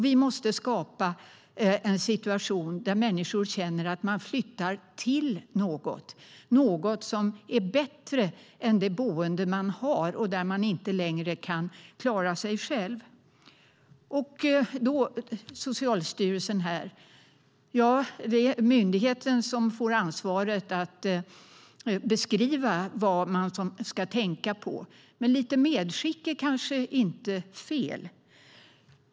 Vi måste skapa en situation där människor känner att de flyttar till något, något som är bättre än det boende man har, där man inte längre kan klara sig själv. Det är myndigheten, Socialstyrelsen, som får ansvaret att beskriva vad man ska tänka på. Men lite medskick är kanske inte fel.